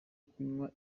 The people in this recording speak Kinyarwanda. kunywa